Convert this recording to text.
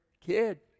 kid